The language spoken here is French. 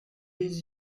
des